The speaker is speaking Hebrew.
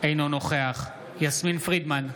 אינו נוכח יסמין פרידמן,